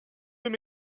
deux